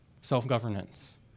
self-governance